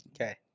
Okay